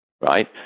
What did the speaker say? Right